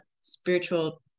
spiritual